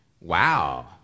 Wow